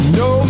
no